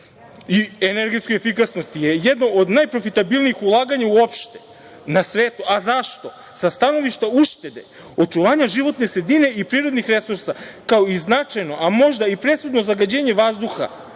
i energetskoj efikasnosti je jedno od najprofitabilnijih ulaganja uopšte na svetu. A zašto? Sa stanovišta uštede, očuvanja životne sredine i prirodnih resursa kao i značajno, a možda i presudno zagađenje vazduha,